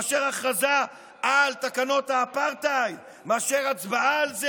מאשר הכרזה על תקנות האפרטהייד, מאשר הצבעה על זה.